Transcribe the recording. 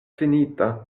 finita